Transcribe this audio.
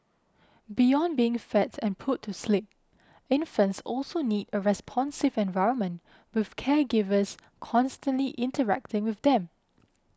beyond being fed and put to sleep infants also need a responsive environment with caregivers constantly interacting with them